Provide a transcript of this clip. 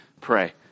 pray